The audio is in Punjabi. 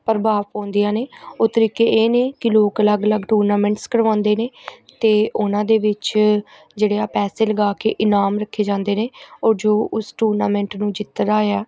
ਪ੍ਰਭਾਵ ਪਾਉਂਦੀਆਂ ਨੇ ਉਹ ਤਰੀਕੇ ਇਹ ਨੇ ਕਿ ਲੋਕ ਅਲੱਗ ਅਲੱਗ ਟੂਰਨਾਮੈਂਟਸ ਕਰਵਾਉਂਦੇ ਨੇ ਅਤੇ ਉਹਨਾਂ ਦੇ ਵਿੱਚ ਜਿਹੜੇ ਆ ਪੈਸੇ ਲਗਾ ਕੇ ਇਨਾਮ ਰੱਖੇ ਜਾਂਦੇ ਨੇ ਔਰ ਜੋ ਉਸ ਟੂਰਨਾਮੈਂਟ ਨੂੰ ਜਿੱਤਦਾ ਆ